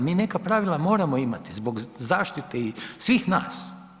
Mi neka pravila moramo imati zbog zaštite svih nas.